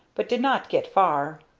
but did not get far.